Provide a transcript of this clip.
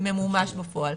ממומש בפועל.